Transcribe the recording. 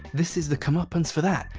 this is the comeuppance for that.